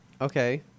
Okay